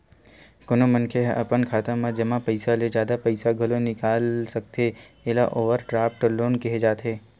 कोनो मनखे ह अपन खाता म जमा पइसा ले जादा पइसा घलो निकाल सकथे एला ओवरड्राफ्ट लोन केहे जाथे